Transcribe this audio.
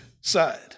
side